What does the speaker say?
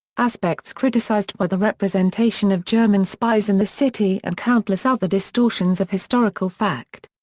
aspects criticized were the representation of german spies in the city and countless other distortions of historical fact.